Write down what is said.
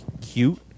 cute